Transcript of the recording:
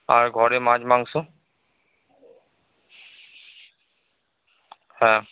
আর ঘরে মাছ মাংস হ্যাঁ